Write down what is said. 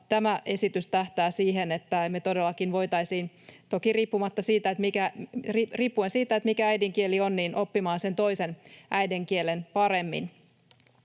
Tämä esitys tähtää siihen, että todellakin voitaisiin — toki riippuen siitä, mikä on äidinkieli — oppia se toinen äidinkieli paremmin.